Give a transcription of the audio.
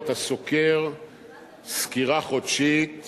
אתה סוקר סקירה חודשית